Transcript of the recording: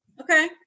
Okay